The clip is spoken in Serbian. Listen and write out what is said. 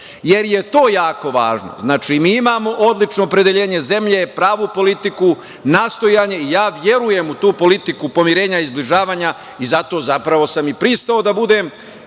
jer je to jako važno. Znači, mi imamo odlično opredeljenje zemlje, pravu politiku, nastojanje, ja verujem u tu politiku pomirenja i zbližavanja, i zato zapravo, sam i pristao da budem